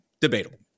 Debatable